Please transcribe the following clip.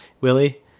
Willie